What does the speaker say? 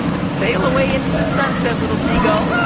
sail away into the sunset, little seagull